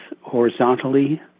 horizontally